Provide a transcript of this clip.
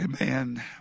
Amen